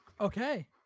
Okay